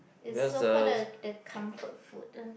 is so called the the comfort food eh